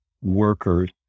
workers